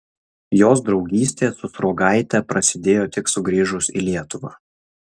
jos draugystė su sruogaite prasidėjo tik sugrįžus į lietuvą